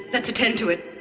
let's attend to it.